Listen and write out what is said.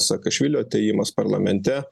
saakašvilio atėjimas parlamente